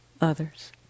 others